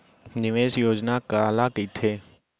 निवेश योजना काला कहिथे?